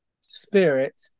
spirit